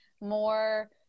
more